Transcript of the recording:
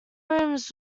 rooms